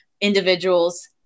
individuals